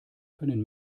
können